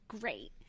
Great